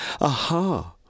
Aha